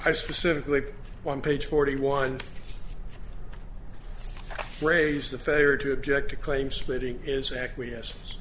i specifically on page forty one raise the failure to object to claim splitting is acquiesce